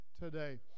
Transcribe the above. today